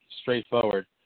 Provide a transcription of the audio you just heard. straightforward